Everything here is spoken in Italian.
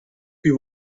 più